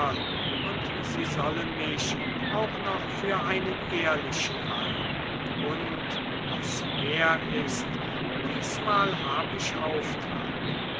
und sie sollen mich auch noch für einen ehrlichen halten und was mehr ist diesmal hab ich auftrag